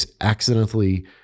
accidentally